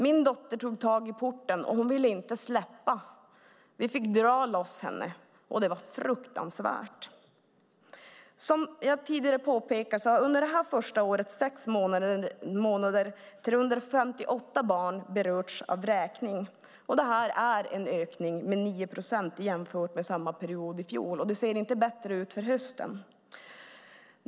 Min dotter tog tag i porten och hon ville inte släppa. Vi fick dra loss henne. Det var fruktansvärt. Som jag tidigare påpekat har under årets första sex månader 358 barn berörts av vräkning, och det är en ökning med 9 procent jämfört med samma period i fjol. Det ser inte bättre ut för hösten.